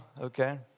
okay